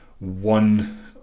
one